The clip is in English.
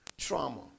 Trauma